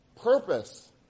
purpose